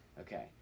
Okay